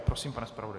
Prosím, pane zpravodaji.